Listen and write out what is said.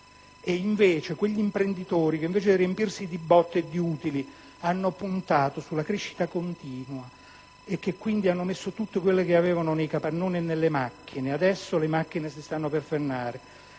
poi quegli imprenditori che, anziché riempirsi di BOT e di utili, hanno puntato sulla crescita continua e hanno investito tutto quello che avevano nei capannoni e nelle macchine: adesso le macchine si stanno per fermare,